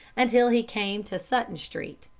until he came to sutton street,